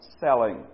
selling